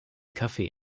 café